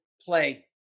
play